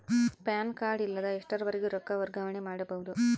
PAN card ಇಲ್ಲದ ಎಷ್ಟರವರೆಗೂ ರೊಕ್ಕ ವರ್ಗಾವಣೆ ಮಾಡಬಹುದು?